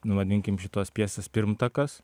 vadinkim šitos pjesės pirmtakas